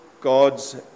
God's